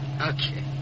Okay